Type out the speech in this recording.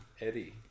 Eddie